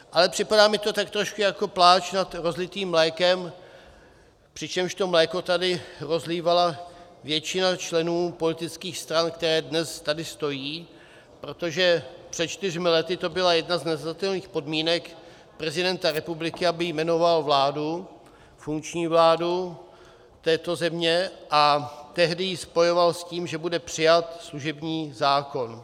Ale připadá mi to tak trošku jako pláč nad rozlitým mlékem, přičemž to mléko tady rozlévala většina členů politických stran, které dnes tady stojí, protože před čtyřmi lety to byla jedna z nezadatelných podmínek prezidenta republiky, aby jmenoval vládu, funkční vládu této země, a tehdy ji spojoval s tím, že bude přijat služební zákon.